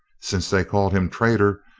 since they called him traitor,